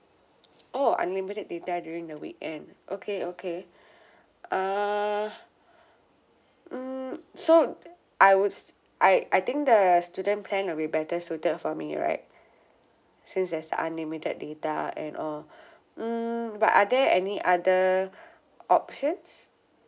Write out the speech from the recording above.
oh unlimited data during the weekend okay okay err mm so I was I I think that was student plan will be suited for me right since that's unlimited data and all mm but are there any other options